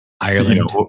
Ireland